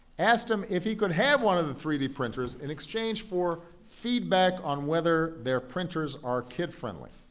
asked them if he could have one of the three d printers in exchange for feedback on whether their printers are kid-friendly.